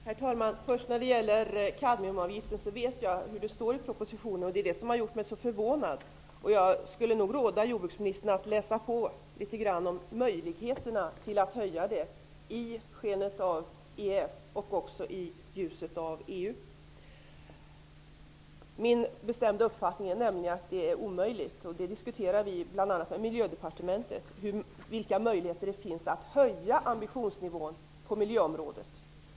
Herr talman! Jag vet vad det står om kadmiumavgiften i propositionen. Det är det som har gjort mig så förvånad. Jag skulle nog råda jordbruksministern att läsa på litet grand om möjligheterna att höja avgiften -- med hänsyn till EES och även med hänsyn till EU. Min bestämda uppfattning är att det är omöjligt. Vilka möjligheter det finns att höja ambitionsnivån på miljöområdet diskuterar vi bl.a. med Miljödepartementet.